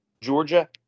Georgia